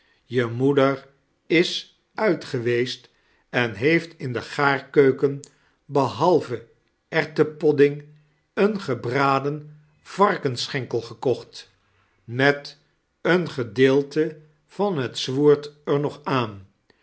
je moeder is uitgeweest en heeft in degaarkeuken behalve erwtenpodding een gebraden varkensschenkel gekocht met een gedeelte van het zwoord er nog aan